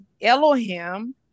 Elohim